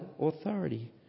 authority